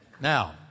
Now